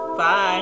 Bye